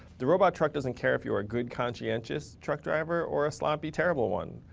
the robot truck doesn't care if you are a good, conscientious truck driver or a sloppy, terrible one.